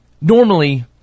normally